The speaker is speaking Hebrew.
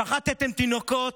שחטתם תינוקות,